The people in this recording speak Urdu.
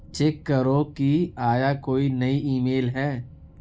چیک کرو کہ آیا کوئی نئی ای میل ہے